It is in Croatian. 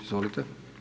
Izvolite.